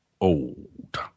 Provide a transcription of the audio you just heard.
old